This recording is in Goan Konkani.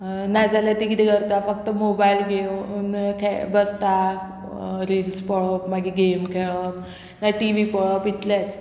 नाजाल्यार तीं कितें करता फक्त मोबायल घेवन बसता रिल्स पळोवप मागीर गेम खेळप ना टी वी पळोवप इतलेंच